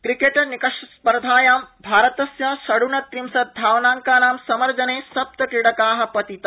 cricket cricket निकषस्पर्धायां भारतस्य षड्नत्रिशतधावनांकानां समर्जने सप्तक्रीडका पतिता